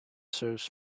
serves